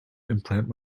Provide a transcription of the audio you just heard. implant